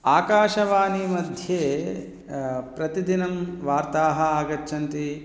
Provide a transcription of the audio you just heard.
आकाशवाणीमध्ये प्रतिदिनं वार्ताः आगच्छन्ति